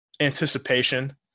anticipation